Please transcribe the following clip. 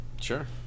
Sure